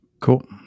Cool